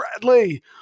Bradley